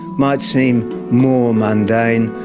might seem more mundane,